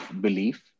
belief